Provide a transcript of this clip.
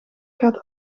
gaat